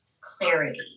clarity